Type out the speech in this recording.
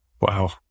Wow